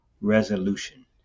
resolution